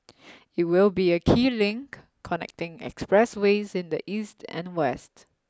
it will be a key link connecting expressways in the east and west